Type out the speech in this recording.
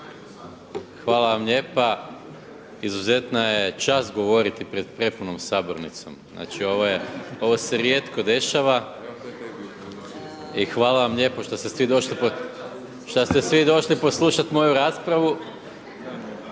Hvala vam lijepa. Izuzetna je čast govoriti pred prepunom sabornicom. Ovo se rijetko dešava i hvala vam lijepo što ste svi došli poslušat moju raspravu,